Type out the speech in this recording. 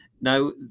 Now